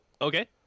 okay